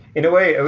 in a way,